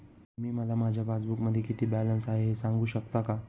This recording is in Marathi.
तुम्ही मला माझ्या पासबूकमध्ये किती बॅलन्स आहे हे सांगू शकता का?